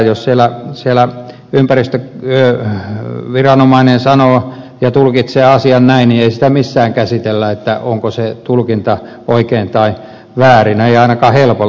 jos siellä ympäristöviranomainen sanoo ja tulkitsee asian näin niin ei sitä missään käsitellä onko se tulkinta oikein tai väärin ei ainakaan helpolla